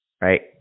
right